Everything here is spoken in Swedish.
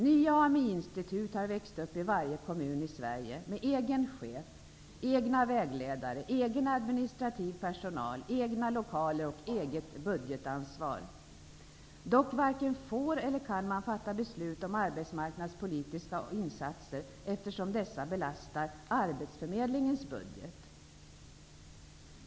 Nya AMI-institut har växt upp i varje kommun i Sverige, med egen chef, egna vägledare, egen administrativ personal, egna lokaler och eget budgetansvar. Dock varken får eller kan man fatta beslut om arbetsmarknadspolitiska insatser, eftersom dessa belastar arbetsförmedlingens budget.